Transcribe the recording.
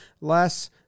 less